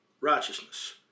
righteousness